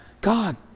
God